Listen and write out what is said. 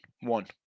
One